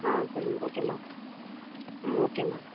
ஆ சொல்லுங்க ஓகேம்மா ம் ஓகேம்மா